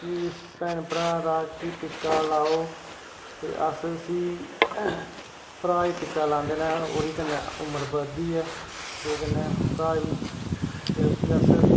कि इस भैन भ्राऽ दा कि टिक्का लाओ ते अस इसी भ्राऽ गी टिक्का लांदे ने उ'दे कन्नै उम्र बधदी ऐ ते कन्नै घर ते उसी अस